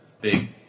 big